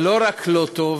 ולא רק לא טוב,